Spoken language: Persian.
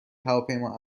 هواپیما